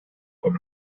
con